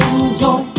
Enjoy